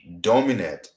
dominate